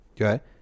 okay